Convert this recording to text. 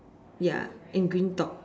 ya and green top